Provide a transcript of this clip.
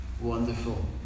Wonderful